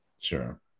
Sure